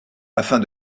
afin